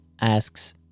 asks